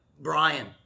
Brian